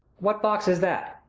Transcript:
what box is that?